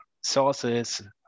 sources